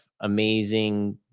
amazing